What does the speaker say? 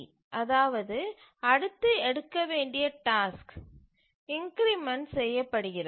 entry அதாவது அடுத்து எடுக்க வேண்டிய டாஸ்க் இன்கிரிமெண்ட் செய்யப்படுகிறது